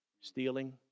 stealing